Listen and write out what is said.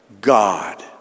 God